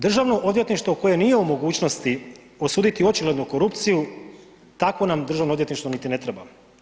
Državno odvjetništvo koje nije u mogućnosti osuditi očiglednu korupciju, takov nam državno odvjetništvo niti ne treba.